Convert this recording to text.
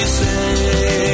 say